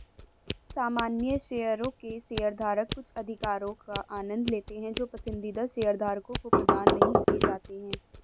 सामान्य शेयरों के शेयरधारक कुछ अधिकारों का आनंद लेते हैं जो पसंदीदा शेयरधारकों को प्रदान नहीं किए जाते हैं